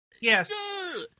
yes